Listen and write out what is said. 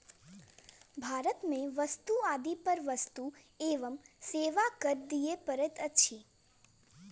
भारत में वस्तु आदि पर वस्तु एवं सेवा कर दिअ पड़ैत अछि